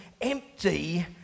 empty